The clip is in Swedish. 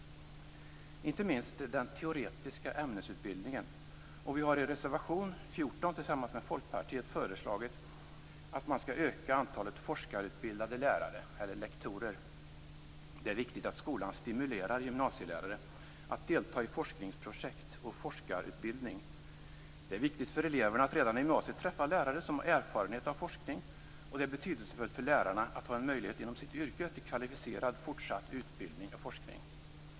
Det gäller inte minst den teoretiska ämnesutbildningen, och vi har i reservation 14, tillsammans med Folkpartiet, föreslagit att man skall öka antalet forskarutbildade lärare eller lektorer. Det är viktigt att skolan stimulerar gymnasielärare att delta i forskningsprojekt och forskarutbildning. Det är viktigt för eleverna att redan i gymnasiet träffa lärare som har erfarenhet av forskning, och det är betydelsefullt för lärarna att ha en möjlighet inom sitt yrke till kvalificerad fortsatt utbildning och forskning.